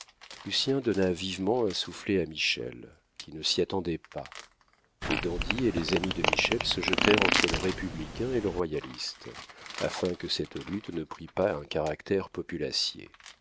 lucien donna vivement un soufflet à michel qui ne s'y attendait pas les dandies et les amis de michel se jetèrent entre le républicain et le royaliste afin que cette lutte ne prît pas un caractère